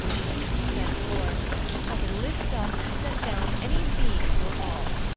said thor i can lift up and set down any being in your hall.